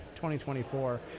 2024